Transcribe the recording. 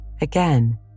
Again